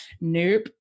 nope